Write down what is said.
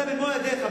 אתה במו ידיך,